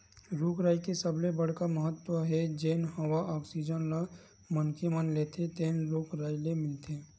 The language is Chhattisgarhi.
रूख राई के सबले बड़का महत्ता हे जेन हवा आक्सीजन ल मनखे मन लेथे तेन रूख राई ले मिलथे